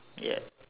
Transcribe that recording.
ya